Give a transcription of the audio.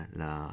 la